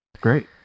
great